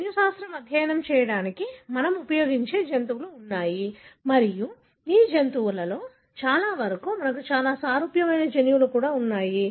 జన్యుశాస్త్రం అధ్యయనం చేయడానికి మనం ఉపయోగించే జంతువులు ఉన్నాయి మరియు ఈ జంతువులలో చాలా వరకు మనకు చాలా సారూప్యమైన జన్యువులు కూడా ఉన్నాయి